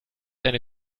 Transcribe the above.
eine